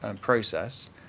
process